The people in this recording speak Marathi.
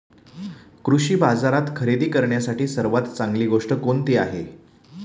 कृषी बाजारात खरेदी करण्यासाठी सर्वात चांगली गोष्ट कोणती आहे?